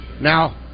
now